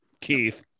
Keith